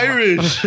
Irish